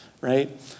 right